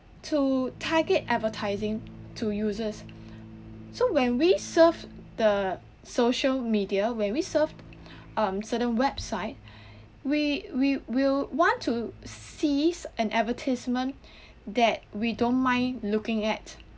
to target advertising to users so when we surf the social media when we surf um certain website we we will want to seize an advertisement that we don't mind looking at